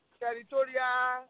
territorial